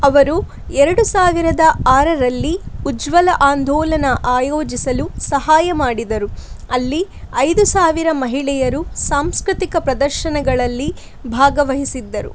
ಅವರು ಎರಡು ಸಾವಿರದ ಆರರಲ್ಲಿ ಉಜ್ವಲ ಆಂದೋಲನ ಆಯೋಜಿಸಲು ಸಹಾಯ ಮಾಡಿದರು ಅಲ್ಲಿ ಐದು ಸಾವಿರ ಮಹಿಳೆಯರು ಸಾಂಸ್ಕೃತಿಕ ಪ್ರದರ್ಶನಗಳಲ್ಲಿ ಭಾಗವಹಿಸಿದ್ದರು